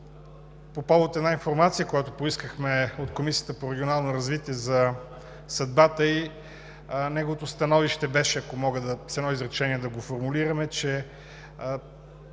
по повод една информация, която поискахме от Комисията по регионално развитие за съдбата ѝ. Неговото становище, ако мога с едно изречение да го формулирам,